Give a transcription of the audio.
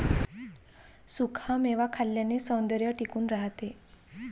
सुखा मेवा खाल्ल्याने सौंदर्य टिकून राहते